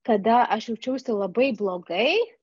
kada aš jaučiausi labai blogai